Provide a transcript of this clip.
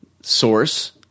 Source